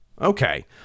okay